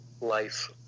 life